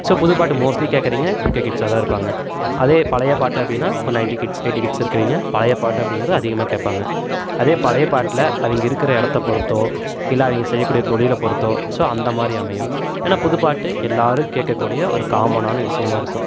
so புதுப் பாட்டு mostly கேட்குறிங்க டூகே கிட்ஸாக தான் இருப்பாங்க அதே பழையப்பாட்டு அப்படின்னா நயன்ட்டி கிட்ஸ் எய்ட்டி கிட்ஸ் இருக்கிறிங்க பழையப்பாட்டு அப்படிங்கறது அதிகமாக கேட்பாங்க அதே பழையப்பாட்டில் அவங்க இருக்கிற இடத்தப் பொறுத்தோ இல்ல அவங்க செய்யக்கூடிய தொழிலை பொறுத்தோ ஸோ அந்தமாதிரி அமையும் ஏனால் புதுப்பாட்டு எல்லாரும் கேட்கக்கூடிய ஒரு காமனான விஷயமா இருக்கும்